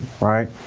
Right